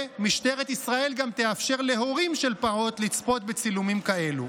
ומשטרת ישראל גם תאפשר להורה של פעוט לצפות בצילומים כאלה.